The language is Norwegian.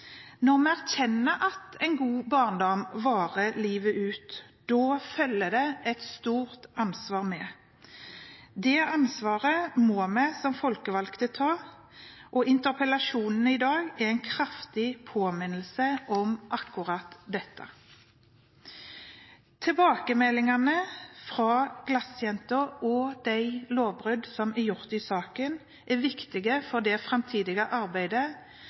Når vi erkjenner at en god barndom varer livet ut, følger det et stort ansvar med. Det ansvaret må vi som folkevalgte ta. Interpellasjonen i dag er en kraftig påminnelse om akkurat det. Tilbakemeldingene fra «glassjenta» og de lovbrudd som er gjort i saken, er viktige for det framtidige arbeidet,